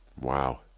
Wow